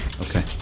Okay